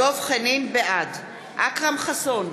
בעד אכרם חסון,